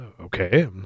okay